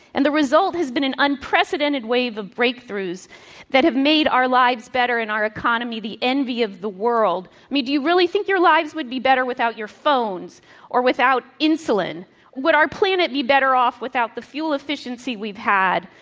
and the result has been an unprecedented wave of breakthroughs that have made our lives better and our economy the envy of the world. i mean, do you really think your lives would be better without your phones or without insulin? or would our planet be better off without the fuel efficiency we've had?